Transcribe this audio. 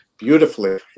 beautifully